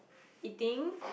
eating